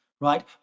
right